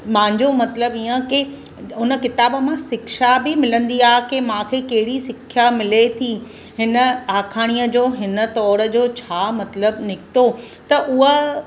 मुंहिंजो मतिलबु हीअं के उन किताब मां शिक्षा बि मिलंदी आहे की मूंखे कहिड़ी सिखिया मिले थी हिन आखाणीअ जो हिन तौर जो छा मतिलबु निकितो त उहा